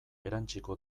erantsiko